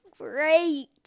Great